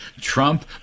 Trump